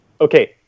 okay